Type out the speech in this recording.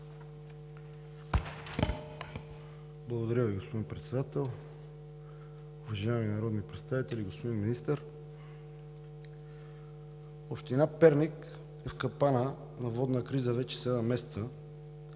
Благодаря Ви, господин Председател. Уважаеми народни представители! Господин Министър, община Перник е в капана на водната криза вече седем месеца,